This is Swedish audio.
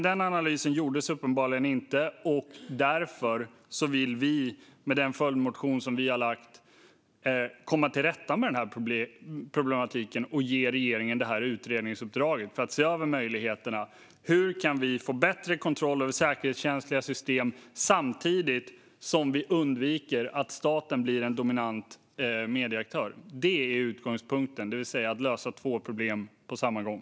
Den analysen gjordes uppenbarligen inte, och vi vill med den följdmotion vi har lämnat komma till rätta med den problematiken och ge regeringen utredningsuppdraget att se över hur vi kan få bättre kontroll över säkerhetskänsliga system samtidigt som vi undviker att staten blir en dominant medieaktör. Det är utgångspunkten, det vill säga att vi ska lösa två problem på samma gång.